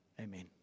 Amen